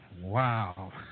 Wow